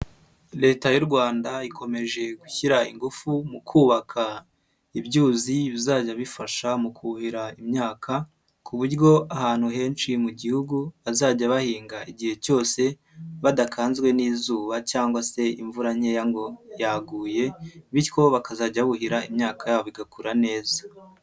Leta y'u Rwanda ikomeje gushyira ingufu mu kubaka ibyuzi bizajya bifasha mu kuhira imyaka, ku buryo ahantu henshi mu gihugu bazajya bahinga igihe cyose, badakanzwe n'izuba cyangwa se imvura nkeya ngo yaguye bityo bakazajya buhira imyaka yabo igakura neza.